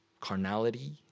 carnality